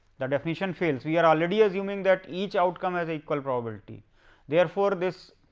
the definition fails. we are already assuming that each outcome has a equal probability therefore, this